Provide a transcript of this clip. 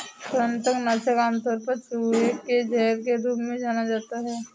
कृंतक नाशक आमतौर पर चूहे के जहर के रूप में जाना जाता है